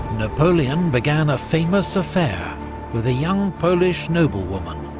napoleon began a famous affair with a young polish noblewoman,